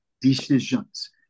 decisions